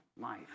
life